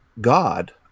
God